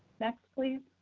next, please.